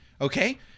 Okay